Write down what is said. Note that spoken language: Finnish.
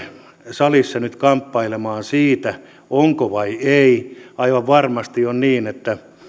salissa nyt kamppailemaan siitä onko sitä vai ei aivan varmasti on niin että